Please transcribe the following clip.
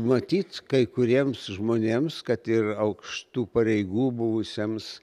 matyt kai kuriems žmonėms kad ir aukštų pareigų buvusiems